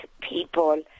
people